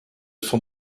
sont